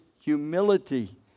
humility